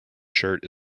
shirt